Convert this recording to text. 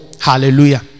Hallelujah